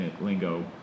lingo